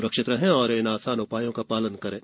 स्रक्षित रहें और इन आसान उपायों का पालन करें